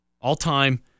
All-time